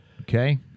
okay